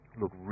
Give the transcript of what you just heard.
look